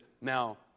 now